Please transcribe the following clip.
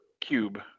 cube